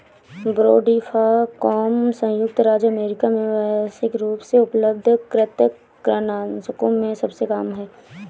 brodifacoum संयुक्त राज्य अमेरिका में व्यावसायिक रूप से उपलब्ध कृंतकनाशकों में सबसे आम है